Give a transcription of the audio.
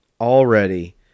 already